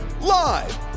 Live